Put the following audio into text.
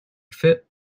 fit